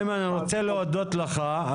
איימן, אני רוצה להודות לך.